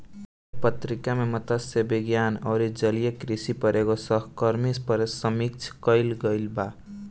एह पत्रिका में मतस्य विज्ञान अउरी जलीय कृषि पर एगो सहकर्मी समीक्षा कईल गईल बा